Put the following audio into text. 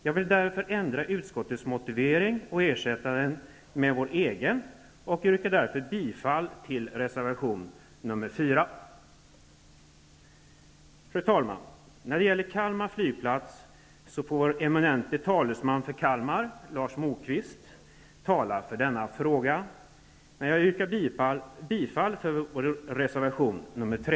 Jag vill därför ändra utskottets motivering och ersätta den med vår egen och yrkar därför bifall till reservation nr 4. Fru talman! När det gäller Kalmar flygplats får vår eminente talesman för Kalmar, Lars Moquist, tala för denna fråga, men jag yrkar bifall till vår reservation nr 3.